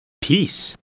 peace